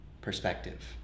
perspective